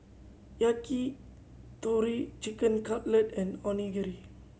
Yakitori Chicken Cutlet and Onigiri